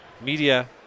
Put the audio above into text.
media